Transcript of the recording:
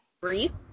brief